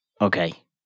Okay